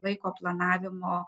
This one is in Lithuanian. laiko planavimo